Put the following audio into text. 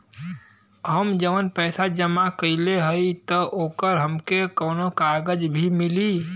हम जवन पैसा जमा कइले हई त ओकर हमके कौनो कागज भी मिली?